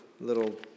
little